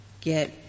get